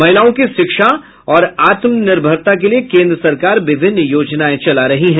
महिलाओं की शिक्षा और आत्मनिर्भरता के लिए केंद्र सरकार विभिन्न योजनाएं चला रही है